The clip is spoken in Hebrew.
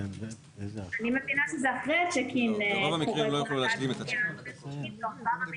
אני מבינה שזה קורה אחרי הצ'ק-אין כל התהליך של העברת